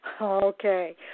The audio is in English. Okay